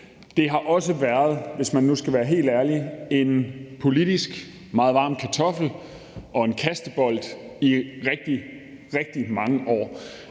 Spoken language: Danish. helt ærlig, en politisk meget varm kartoffel og en kastebold i rigtig, rigtig mange år.